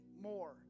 more